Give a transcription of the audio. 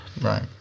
Right